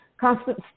constant